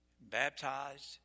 baptized